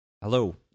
Hello